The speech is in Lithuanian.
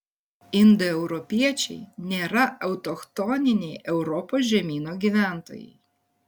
indoeuropiečiai nėra autochtoniniai europos žemyno gyventojai